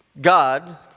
God